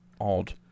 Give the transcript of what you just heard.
odd